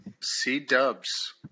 C-dubs